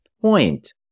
point